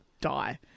die